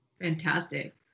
Fantastic